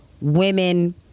women